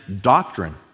doctrine